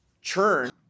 churn